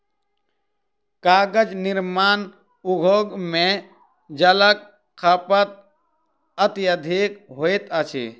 कागज निर्माण उद्योग मे जलक खपत अत्यधिक होइत अछि